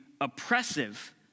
oppressive